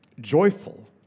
joyful